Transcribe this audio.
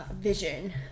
vision